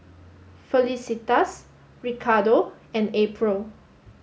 Felicitas Ricardo and April